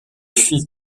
fils